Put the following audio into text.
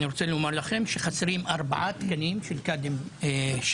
אני רוצה לומר לכם שחסרים ארבעה תקנים של קאדים שרעיים,